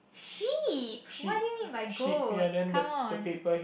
sheep what do you mean by goats come on